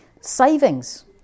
Savings